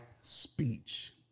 speech